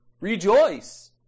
rejoice